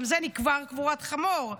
גם זה נקבר קבורת חמור,